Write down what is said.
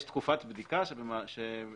יש תקופת בדיקה שהיא